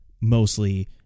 mostly